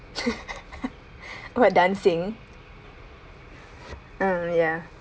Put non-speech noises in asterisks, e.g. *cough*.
*laughs* what dancing uh ya